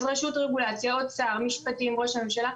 אז רשות רגולציה, עוד שר משפטים, ראש הממשלה.